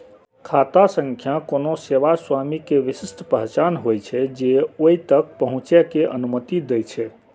खाता संख्या कोनो सेवा स्वामी के विशिष्ट पहचान होइ छै, जे ओइ तक पहुंचै के अनुमति दै छै